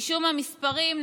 בשל המספרים,